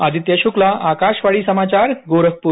आदित्य शुक्ला आकाशवाणी समाचार गोरखपुर